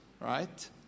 right